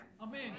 Amen